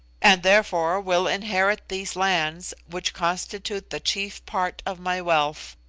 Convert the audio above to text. and therefore will inherit these lands, which constitute the chief part of my wealth.